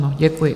Děkuji.